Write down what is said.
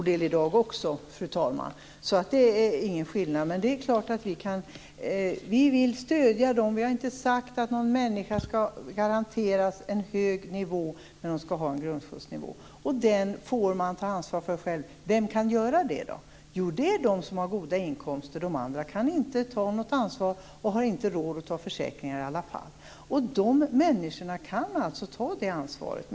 Fru talman! Det gör de ju till en stor del i dag också. Det är ingen skillnad. Vi har inte sagt att någon människa skall garanteras en hög nivå, men hon skall ha en grundskyddsnivå. Den får man ta ansvar för själv. Vem kan göra det då? Jo, det är de som är goda inkomster. De andra kan inte ta något ansvar och har inte råd att ta försäkringar i alla fall. Jag menar att dessa människor alltså kan ta det ansvaret.